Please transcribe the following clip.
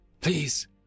Please